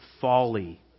folly